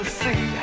see